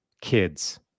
kids